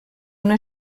una